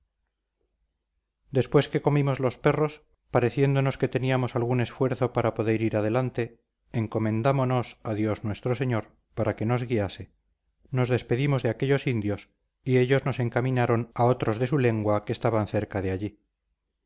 después que comimos los perros pareciéndonos que teníamos algún esfuerzo para poder ir adelante encomendámonos a dios nuestro señor para que nos guiase nos despedimos de aquellos indios y ellos nos encaminaron a otros de su lengua que estaban cerca de allí